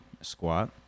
squat